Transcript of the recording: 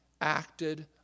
acted